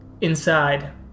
inside